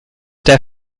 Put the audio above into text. der